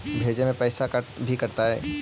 भेजे में पैसा भी कटतै?